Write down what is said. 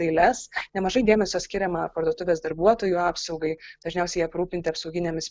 eiles nemažai dėmesio skiriama parduotuvės darbuotojų apsaugai dažniausiai aprūpinti apsauginėmis